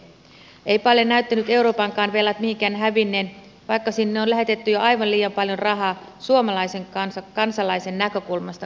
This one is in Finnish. eivätpä ole näyttäneet euroopankaan velat mihinkään hävinneen vaikka sinne on lähetetty jo aivan liian paljon rahaa suomalaisen kansalaisen näkökulmasta katsottuna